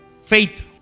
Faith